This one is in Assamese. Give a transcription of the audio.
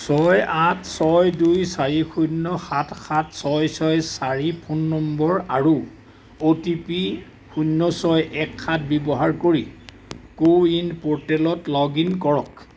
ছয় আঠ ছয় দুই চাৰি শূন্য সাত সাত ছয় ছয় চাৰি ফোন নম্বৰ আৰু অ' টি পি শূন্য ছয় এক সাত ব্যৱহাৰ কৰি কো ৱিন প'ৰ্টেলত লগ ইন কৰক